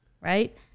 right